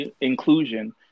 inclusion